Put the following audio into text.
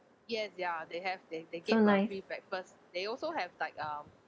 so nice